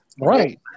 Right